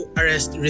arrest